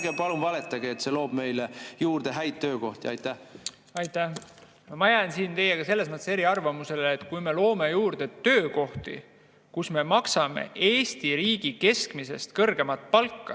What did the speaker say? palun valetage, et see loob meile juurde häid töökohti. Aitäh! Ma jään siin teiega selles mõttes eriarvamusele, et kui me loome juurde töökohti, kus me maksame Eesti riigi keskmisest kõrgemat palka,